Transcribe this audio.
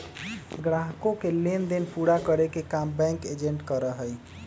ग्राहकों के लेन देन पूरा करे के काम बैंक एजेंट करा हई